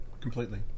Completely